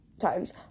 times